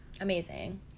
amazing